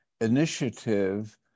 initiative